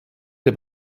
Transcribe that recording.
der